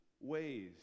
ways